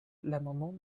l’amendement